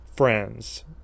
Friends